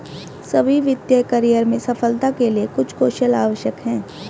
सभी वित्तीय करियर में सफलता के लिए कुछ कौशल आवश्यक हैं